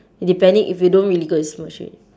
depending if you don't really go and smudge it